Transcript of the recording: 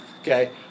okay